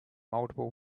multiple